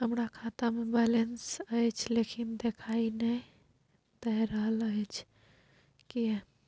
हमरा खाता में बैलेंस अएछ लेकिन देखाई नय दे रहल अएछ, किये?